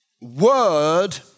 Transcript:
word